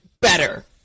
better